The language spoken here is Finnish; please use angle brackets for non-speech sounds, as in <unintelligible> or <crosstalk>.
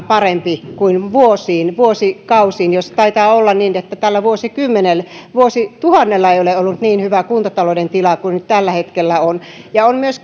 <unintelligible> parempi kuin pitkään aikaan vuosiin vuosikausiin taitaa olla niin että tällä vuosikymmenellä vuosituhannella ei ole ollut niin hyvää kuntatalouden tilaa kuin nyt tällä hetkellä on on myös <unintelligible>